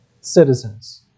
citizens